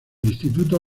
instituto